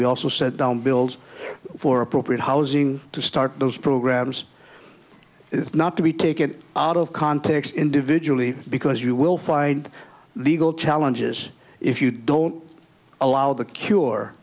we also set down bills for appropriate housing to start those programs it's not to be taken out of context individually because you will find legal challenges if you don't allow the cure